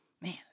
man